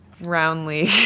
roundly